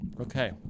Okay